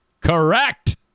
Correct